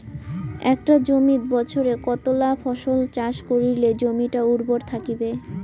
একটা জমিত বছরে কতলা ফসল চাষ করিলে জমিটা উর্বর থাকিবে?